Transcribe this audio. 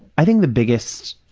i think the biggest